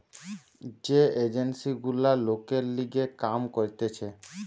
যে এজেন্সি গুলা লোকের লিগে কাম করতিছে